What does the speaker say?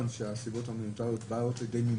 שהסיבות ההומניטריות באות לידי מימוש,